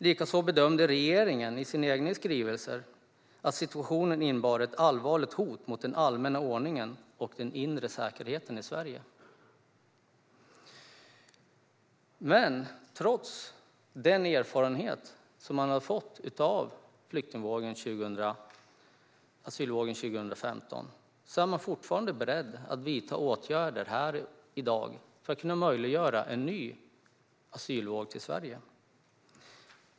Likaså bedömde regeringen i sina egna skrivelser att situationen innebar ett allvarligt hot mot den allmänna ordningen och den inre säkerheten i Sverige. Trots den erfarenhet man fått av flyktingvågen och asylvågen 2015 är man fortfarande beredd att vidta åtgärder i dag för att kunna möjliggöra en ny asylvåg till Sverige.